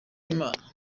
imana